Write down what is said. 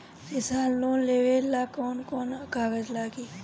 किसान लोन लेबे ला कौन कौन कागज लागि?